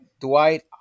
Dwight